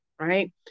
right